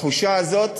בתחושה הזאת,